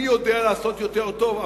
אני יודע לעשות יותר טוב.